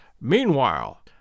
Meanwhile